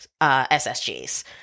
SSGs